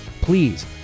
please